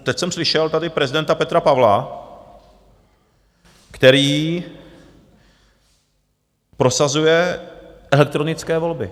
Teď jsem slyšel tady prezidenta Petra Pavla, který prosazuje elektronické volby.